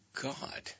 God